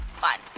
fun